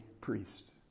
priest